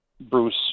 Bruce